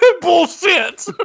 bullshit